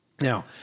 Now